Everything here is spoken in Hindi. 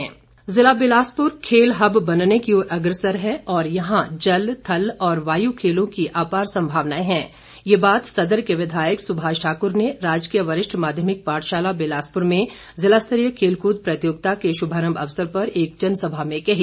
सुभाष ठाकूर जिला बिलासपुर खोल हब बनने की ओर अग्रसर है और यहां जल थल और वायु खेलों की अपार सम्मावनाएं हैं ये बात सदर के विधायक सुभाष ठाकूर ने राजकीय वरिष्ठ माध्यमिक पाठशाला बिलासपुर में जिला स्तरीय खेलकूद प्रतियोगिता के शुभारम्म पर एक जनसभा में कही